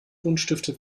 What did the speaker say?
buntstifte